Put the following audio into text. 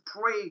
pray